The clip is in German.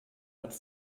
hat